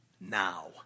now